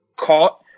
caught